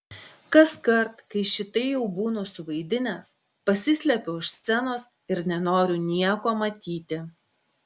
kaskart kai šitai jau būnu suvaidinęs pasislepiu už scenos ir nenoriu nieko matyti